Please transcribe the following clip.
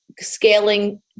scaling